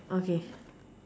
okay